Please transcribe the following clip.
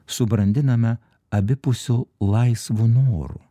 subrandiname abipusiu laisvu noru